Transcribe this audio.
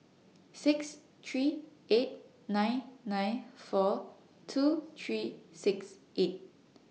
six three eight nine nine four two three six eight